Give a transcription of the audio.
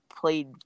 played